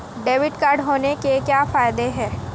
Debit card होने के क्या फायदे हैं?